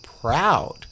proud